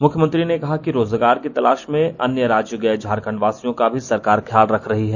मुख्यमंत्री ने कहा कि रोजगार की तलाश में अन्य राज्य गए झारखंड वासियों का भी सरकार ख्याल रख रही है